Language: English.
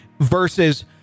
versus